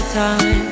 time